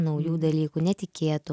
naujų dalykų netikėtų